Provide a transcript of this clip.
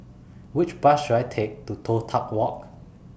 Which Bus should I Take to Toh Tuck Walk